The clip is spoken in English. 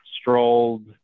Strolled